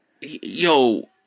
yo